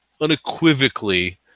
unequivocally